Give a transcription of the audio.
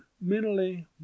mentally